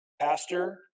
Pastor